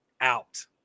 out